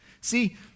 See